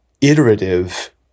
iterative